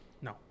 no